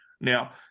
Now